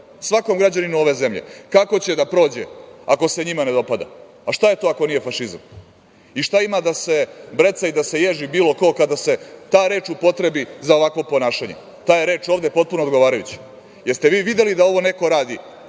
Svakom građaninu zemlje kako će da prođe ako se njima ne dopada? A šta je to ako nije fašizam? I šta ima da se breca i da se ježi bilo ko kada se ta reč upotrebi za ovakvo ponašanje? Ta je reč ovde potpuno odgovarajuća. Jeste li vi videli da neko radi